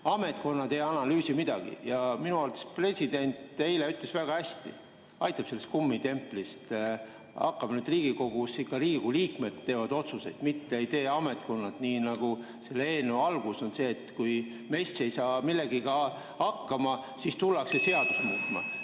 Ametkonnad ei analüüsi midagi. Minu arvates president ütles eile väga hästi: aitab sellest kummitemplist! Riigikogu liikmed teevad otsuseid, mitte ei tee ametkonnad, nii nagu selle eelnõu algus oli selline, et kui meie ei saa millegagi hakkama, siis tullakse seadust muutma.